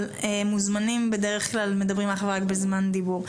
אבל מוזמנים בדרך כלל מדברים אך ורק ברשות דיבור.